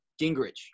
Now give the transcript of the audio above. Gingrich